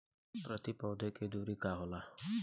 प्रति पौधे के दूरी का होला?